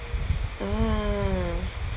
ah